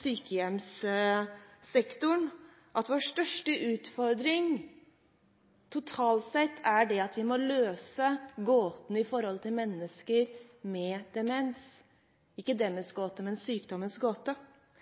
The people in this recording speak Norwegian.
sykehjemssektoren at vår største utfordring totalt sett er at vi må løse demensgåten av hensyn til